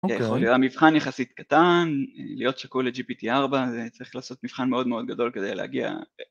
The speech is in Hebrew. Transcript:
יכול להיות המבחן יחסית קטן, להיות שקול ל-GPT4 זה צריך לעשות מבחן מאוד מאוד גדול כדי להגיע